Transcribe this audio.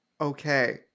Okay